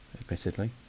admittedly